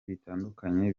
bitandukanye